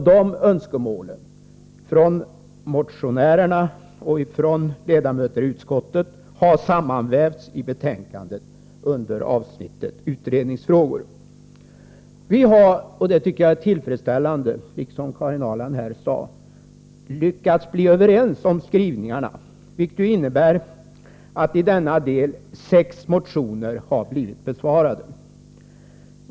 Dessa önskemål — från motionärerna och från ledamöter i utskottet — har sammanvävts i betänkandet under avsnittet Utredningsfrågor. Vi har — det tycker jag liksom Karin Ahrland är tillfredsställande — lyckats bli överens om skrivningarna, vilket innebär att sex motioner har blivit besvarade i denna del.